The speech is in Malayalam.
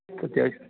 അത്യാവശ്യം